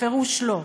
בפירוש לא.